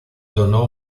donó